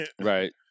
Right